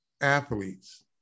athletes